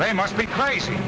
they must be crazy